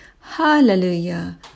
Hallelujah